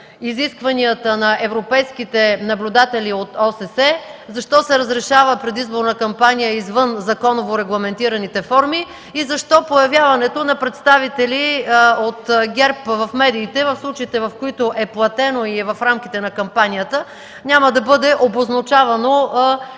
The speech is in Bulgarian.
изискванията на европейските наблюдатели от ОССЕ, защо се разрешава предизборна кампания извън законово регламентираните форми и защо появяването на представители от ГЕРБ в медиите в случаите, в които е платено и е в рамките на кампанията, няма да бъде обозначавано